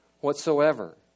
whatsoever